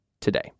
today